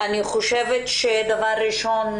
דבר ראשון,